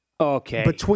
Okay